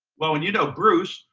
well, and you know, bruce.